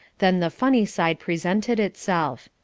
then the funny side presented itself.